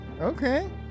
Okay